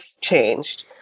changed –